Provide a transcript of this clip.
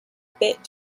bit